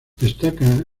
destaca